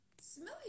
Smelly